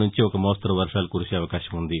నుంచి ఒక మోస్తరు వర్వాలు కురిసే అవకాశముంది